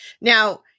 Now